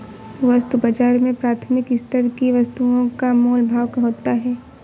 वस्तु बाजार में प्राथमिक स्तर की वस्तुओं का मोल भाव होता है